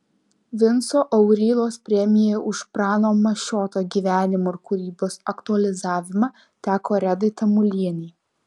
vinco aurylos premija už prano mašioto gyvenimo ir kūrybos aktualizavimą teko redai tamulienei